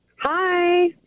hi